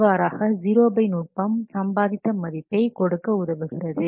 இவ்வாறாக 0 பை 100 நுட்பம் சம்பாதித்த மதிப்பை கொடுக்க உதவுகிறது